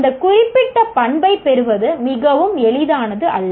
அந்த குறிப்பிட்ட பண்பைப் பெறுவது மிகவும் எளிதானது அல்ல